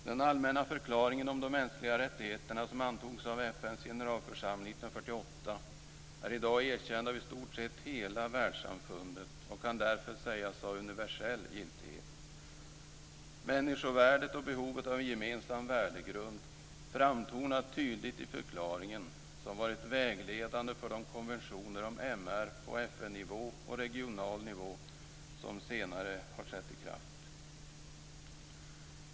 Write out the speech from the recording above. Den allmänna förklaringen om de mänskliga rättigheterna, som antogs av FN:s generalförsamling 1948, är i dag erkänd av i stort sett hela världssamfundet och kan därför sägas ha universell giltighet. Människovärdet och behovet av en gemensam värdegrund framtonar tydligt i förklaringen, som varit vägledande för de konventioner om mänskliga rättigheter på FN-nivå och på regional nivå som senare har trätt i kraft.